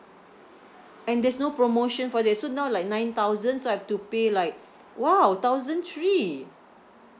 and there's no promotion for this so now like nine thousand so I've to pay like !wow! thousand three